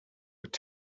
would